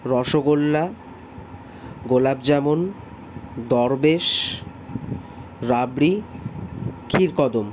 রসগোল্লা গোলাপ জামুন দরবেশ রাবরি ক্ষীরকদম